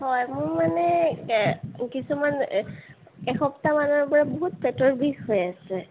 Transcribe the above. হয় মোৰ মানে কিছুমান এসপ্তাহ মানৰ পৰা বহুত পেটৰ বিষ হৈ আছে